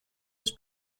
was